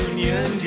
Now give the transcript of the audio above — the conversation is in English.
Union